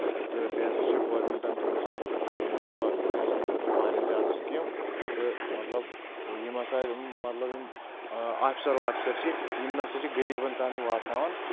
تہٕ بیٚیہِ ہسا چھِ گورمنٹن تھٲمژٕ گریستٮ۪ن خٲطرٕ واریاہ زیادٕ سکیٖم تہٕ مطلب یِم ہسا مطلب یِم آفسر وافِسر چھِ یِم نسا چھِ غریٖبَن تانۍ واتناوان